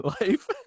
life